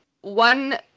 one